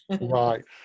Right